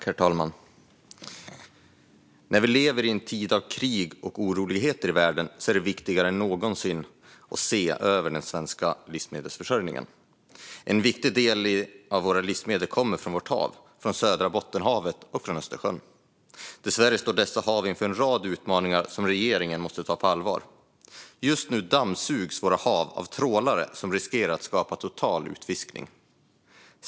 Herr talman! När vi lever i en tid av krig och oroligheter i världen är det viktigare än någonsin att se över den svenska livsmedelsförsörjningen. En viktig del av våra livsmedel kommer från våra hav, från södra Bottenhavet och från Östersjön. Dessvärre står dessa hav inför en rad utmaningar, som regeringen måste ta på allvar. Just nu dammsugs våra hav av trålare som riskerar att skapa total utfiskning.